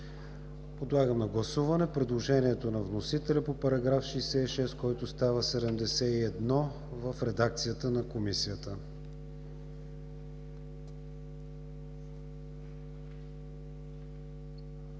Подлагам на гласуване предложението на вносителя по § 66, който става § 71 в редакцията на Комисията.